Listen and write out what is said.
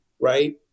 right